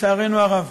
לצערנו הרב.